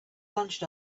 bunched